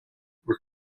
were